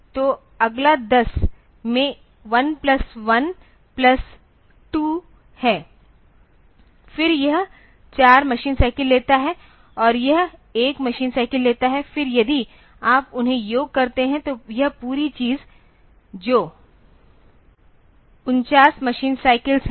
तो अगला 10 में 1 प्लस 1 प्लस 2 है फिर यह 4 मशीन चक्र लेता है और यह 1 मशीन साइकिल लेता है फिर यदि आप उन्हें योग करते हैं तो यह पूरी चीज जो 49 मशीन साइकिल में बदल जाती है वह 49 मशीन साइकल्स है